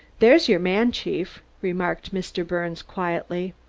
there's your man, chief, remarked mr. birnes quietly.